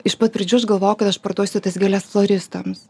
iš pat pradžių aš galvojau kad aš parduosiu tas gėles floristams